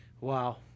Wow